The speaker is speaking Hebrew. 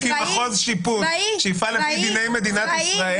מחוז שיפוט שיפעל לפי דיני מדינת ישראל ביהודה ושומרון.